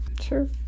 Sure